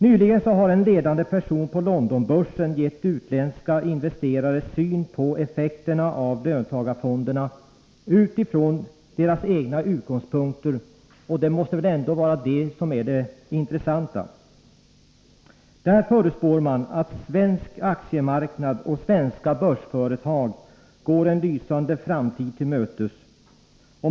Nyligen har en ledande person på Londonbörsen gett utländska investerares syn på effekterna av löntagarfonderna utifrån deras egna utgångspunkter. — Och det måste väl ändå vara det som är det intressanta! Där förutspår man att svensk aktiemarknad och svenska börsföretag går en lysande framtid till mötes.